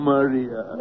Maria